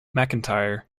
mcintyre